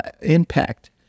impact